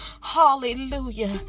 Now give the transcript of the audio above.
Hallelujah